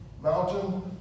mountain